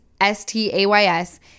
s-t-a-y-s